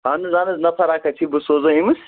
اہن حظ اہن حظ نفر اکھ حظ چھُے بہٕ سوزے امس